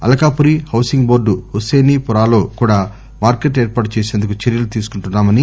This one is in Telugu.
అలకాపురి హౌసింగ్ బోర్గు హుస్పేన్ పురాలో కూడా మార్కెట్ ఏర్పాటు చేసేందుకు చర్యలు తీసుకుంటున్నామని